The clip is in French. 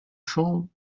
chambre